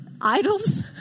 idols